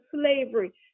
slavery